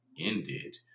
ended